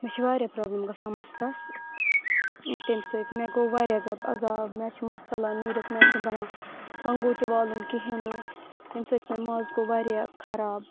مےٚ چھِ واریاہ پرٛابلم گژھان مَستس تَمہِ سٍتۍ مےٚ گوٚو واریاہ زیادٕ عذاب مےٚ چھِ مَس ژلان نیٖرِتھ مےٚ چھُنہٕ بنان کنگو تہِ والُن کِہیٖنٛۍ نہٕ ییٚمہِ سٍتۍ مےٚ مَس گوٚو واریاہ خراب